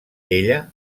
ella